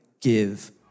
give